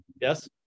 Yes